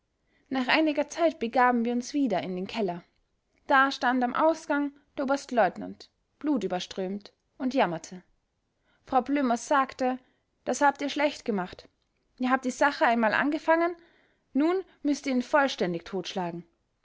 nach einiger zeit begaben wir uns wieder in den keller da stand am ausgang der oberstleutnant blutüberströmt und jammerte frau blömers sagte das habt ihr schlecht gemacht ihr habt die sache einmal angefangen nun müßt ihr ihn vollständig totschlagen